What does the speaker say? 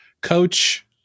coach